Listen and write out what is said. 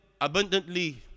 abundantly